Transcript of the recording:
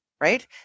right